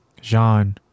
Jean